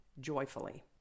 joyfully